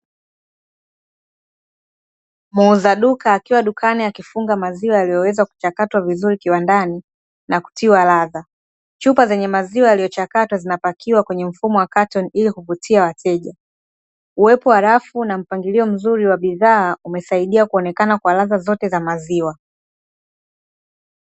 Muuza duka akiwa dukani akifunga maziwa yaliyoweza kuchakatwa vizuri kiwandani na kutiwa ladha, chupa zenye maziwa yaliyochakatwa zinapakiwa kwenye mfumo wa katoni ili kuvutia wateja, uwepo wa rafu na mpangilio mzuri wa bidhaa umesaidia kuonekana kwa ladha zote za maziwa.